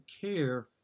care